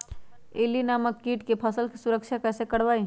इल्ली नामक किट से फसल के सुरक्षा कैसे करवाईं?